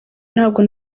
ntabwo